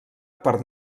per